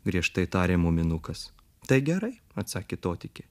griežtai tarė muminukas tai gerai atsakė totikė